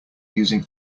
using